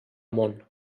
món